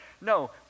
No